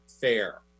fair